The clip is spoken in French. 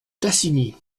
tassigny